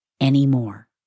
anymore